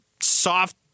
soft